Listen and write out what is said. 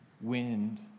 wind